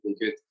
good